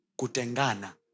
kutengana